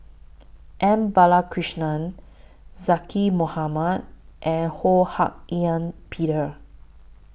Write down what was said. M Balakrishnan Zaqy Mohamad and Ho Hak Ean Peter